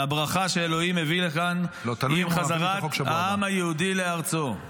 מהברכה שאלוהים הביא לכאן עם חזרת העם היהודי לארצו.